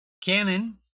Canon